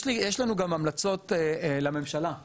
יש לנו גם המלצות לממשלה.